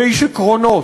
ואיש עקרונות,